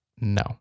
No